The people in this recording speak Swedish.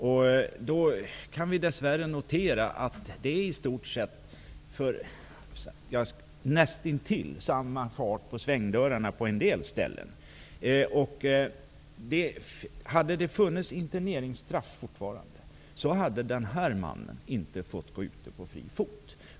Vi kan dess värre notera att det fortfarande är näst intill samma fart på svängdörrarna på en del ställen. Om det hade funnits interneringsstraff i dag hade den här mannen inte fått gå ute på fri fot.